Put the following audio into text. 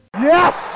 Yes